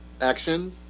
action